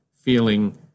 feeling